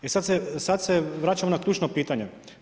E sad se vraćamo na ključno pitanje.